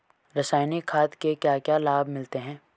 रसायनिक खाद के क्या क्या लाभ मिलते हैं?